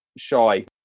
shy